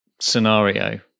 scenario